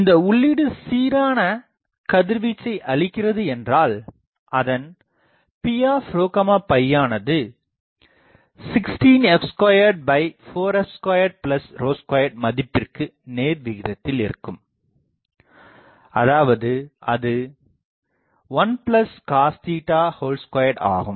இந்த உள்ளீடு சீரான கதிர்வீச்சை அளிக்கிறது என்றால் அதன் P யானது 16f24f22 மதிப்பிற்கு நேர்விகிதத்தில் இருக்கும் அதாவது அது 1 cos 2ஆகும்